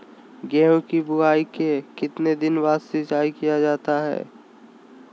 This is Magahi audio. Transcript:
गेंहू की बोआई के कितने दिन बाद सिंचाई किया जाता है?